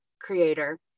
creator